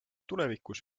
tulevikus